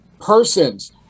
persons